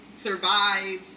survive